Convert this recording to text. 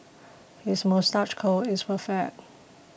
his moustache curl is perfect